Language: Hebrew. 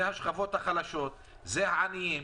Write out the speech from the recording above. השכבות החלשות, העניים.